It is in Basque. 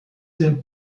zen